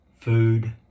Food